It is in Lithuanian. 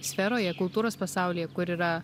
sferoje kultūros pasaulyje kur yra